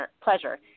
pleasure